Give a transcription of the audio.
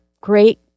great